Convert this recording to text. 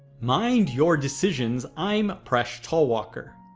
mind your decisions, i'm presh talwalkar.